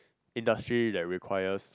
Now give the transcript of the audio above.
industry that requires